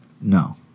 No